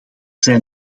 zijn